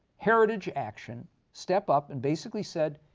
heritage action step up and basically said,